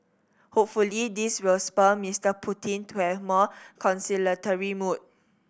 hopefully this will spur Mister Putin to have a more conciliatory mood